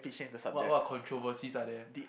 what what controversies are there